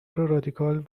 رادیکال